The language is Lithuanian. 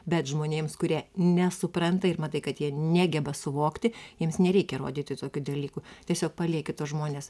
bet žmonėms kurie nesupranta ir matai kad jie negeba suvokti jiems nereikia rodyti tokių dalykų tiesiog palieki tuos žmones